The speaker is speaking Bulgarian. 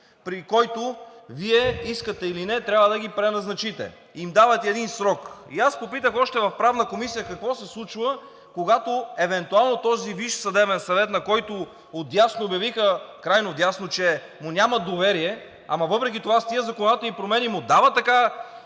при който Вие – искате ли или не, трябва да ги преназначите и им давате един срок. Аз попитах още в Правната комисия какво се случва, когато евентуално този Висш съдебен съвет, на който от крайнодясно обявиха, че му нямат доверие, ама въпреки това с тези законодателни промени му дават